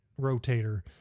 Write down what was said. rotator